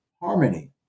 harmony